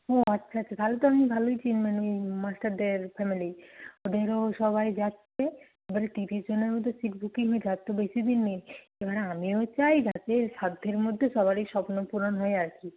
ও আচ্ছা আচ্ছা তাহলে তো আপনি ভালোই চিনবেন ওই মাস্টারদের ফ্যামিলি ওদেরও সবাই যাচ্ছে এবারে ত্রিশ জনের মতো সিট বুকিং হয়েছে আর তো বেশি দিন নেই এবারে আমিও চাই যাতে সাধ্যের মধ্যে সবারই স্বপ্নপূরণ হয় আর কি